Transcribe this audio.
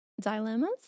dilemmas